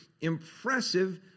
impressive